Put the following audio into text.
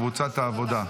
קבוצת סיעת העבודה.